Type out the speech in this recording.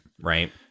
Right